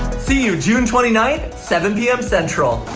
see you june twenty ninth, seven p m. central.